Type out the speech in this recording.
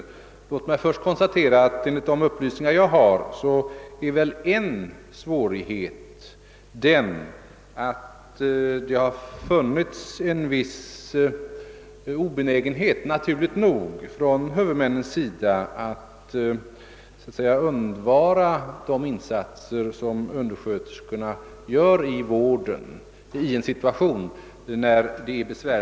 Låt mig emellertid först konstatera att enligt upplysningar jag fått är en av svårigheterna, att det funnits en viss, naturlig obenägenhet hos huvudmännen att i en besvärlig situation undvara de insatser som undersköterskorna gör på vårdområdet.